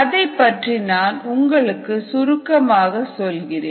அதைப் பற்றி நான் உங்களுக்கு சுருக்கமாக சொல்கிறேன்